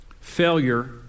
Failure